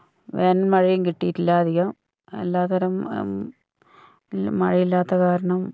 വേനൽ മഴയും കിട്ടീട്ടില്ല അധികം അല്ലാതരം മഴയില്ലാത്ത കാരണം